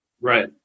Right